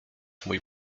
mój